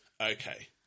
Okay